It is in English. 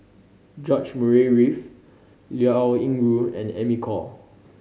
George Murray Reith Liao Yingru and Amy Khor